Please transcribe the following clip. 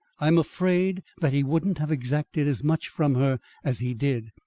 i'm afraid that he wouldn't have exacted as much from her as he did.